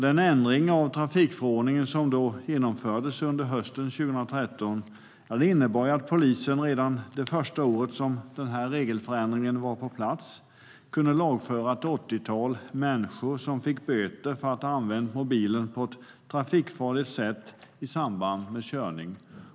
Den ändring av trafikförordningen som genomfördes under hösten 2013 innebar att polisen redan under det första året som förordningsändringen var i kraft kunde lagföra ett åttiotal personer, som fick böter för att ha använt mobilen på ett trafikfarligt sätt i samband med körning.